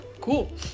Cool